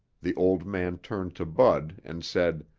the old man turned to bud and said,